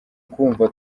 kumva